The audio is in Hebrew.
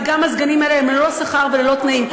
וגם הסגנים האלה הם ללא שכר וללא תנאים.